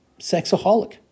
sexaholic